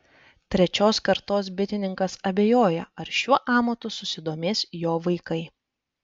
trečios kartos bitininkas abejoja ar šiuo amatu susidomės jo vaikai